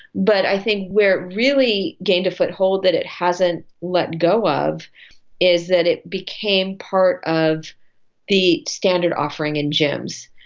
but i think where it really gained a foothold that it hasn't let go of is that it became part of the standard offering in gyms.